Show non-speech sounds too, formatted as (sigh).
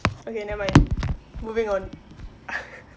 okay nevermind moving on (laughs)